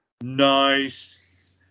Nice